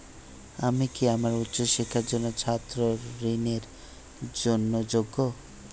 আমি কি আমার উচ্চ শিক্ষার জন্য ছাত্র ঋণের জন্য যোগ্য?